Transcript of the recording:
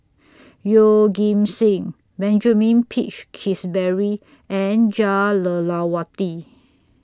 Yeoh Ghim Seng Benjamin Peach Keasberry and Jah Lelawati